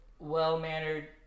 Well-mannered